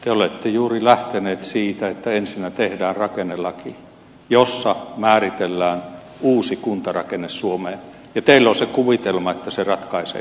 te olette juuri lähteneet siitä että ensinnä tehdään rakennelaki jossa määritellään uusi kuntarakenne suomeen ja teillä on se kuvitelma että se ratkaisee kaiken